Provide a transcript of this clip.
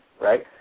right